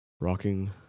Rocking